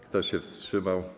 Kto się wstrzymał?